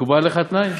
מקובל עליך התנאי?